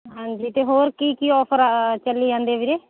ਹਾਂਜੀ ਅਤੇ ਹੋਰ ਕੀ ਕੀ ਆਫਰ ਚੱਲੀ ਜਾਂਦੇ ਵੀਰੇ